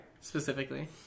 Specifically